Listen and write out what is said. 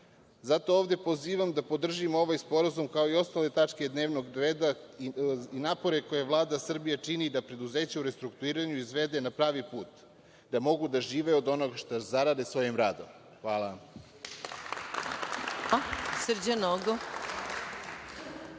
ovde pozivam da podržimo ovaj sporazum, kao i ostale tačke dnevnog reda i napore koje Vlada Srbije čini da preduzeća u restrukturiranju izvede na pravi put, da mogu da žive od onoga što zarade svojim radom. Hvala.